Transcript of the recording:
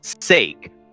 sake